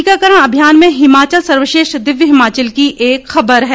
टीकाकरण अभियान में हिमाचल सर्वश्रेष्ठ दिव्य हिमाचल की एक ख़बर है